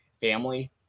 family